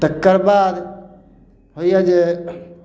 तकर बाद होइया जे